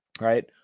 right